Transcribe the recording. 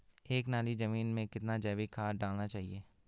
एक नाली जमीन में कितना जैविक खाद डालना चाहिए?